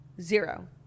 zero